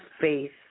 faith